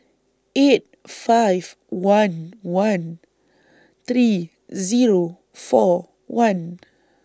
eight five one one three Zero four one